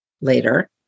later